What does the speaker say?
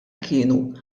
kienu